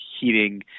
heating